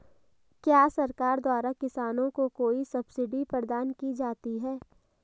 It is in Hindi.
क्या सरकार द्वारा किसानों को कोई सब्सिडी प्रदान की जाती है?